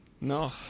No